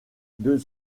deux